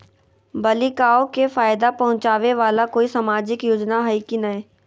बालिकाओं के फ़ायदा पहुँचाबे वाला कोई सामाजिक योजना हइ की नय?